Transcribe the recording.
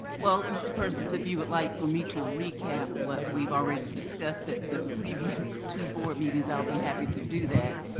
well, mr. persis, if you would like for me to recap what we've already discussed at the previous two board meetings, i'll be happy to do that.